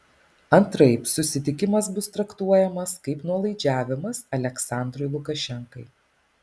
antraip susitikimas bus traktuojamas kaip nuolaidžiavimas aliaksandrui lukašenkai